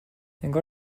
انگار